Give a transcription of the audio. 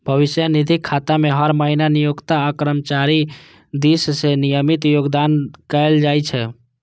भविष्य निधि खाता मे हर महीना नियोक्ता आ कर्मचारी दिस सं नियमित योगदान कैल जाइ छै